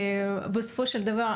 בסופו של דבר,